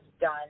done